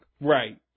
Right